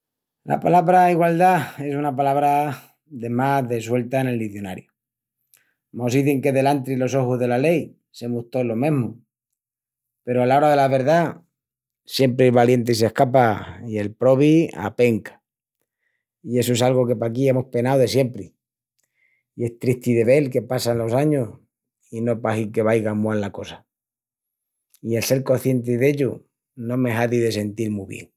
La palabra igualdá es una palabra de más de suelta nel izionariu. Mos izin que delantri los ojus dela lei semus tous lo mesmu. Peru ala ora dela verdá siempri el valienti s'ascapa i el probi apenca. I essu es algu que paquí amus penau de siempri, i es tristi de vel que passan los añus i no pahi que vaiga a mual la cosa. I el sel coscienti d'ellu no me hazi de sentil mu bien.